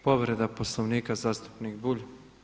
Povreda Poslovnika zastupnik Bulj.